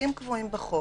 החריגים קבועים בחוק.